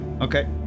Okay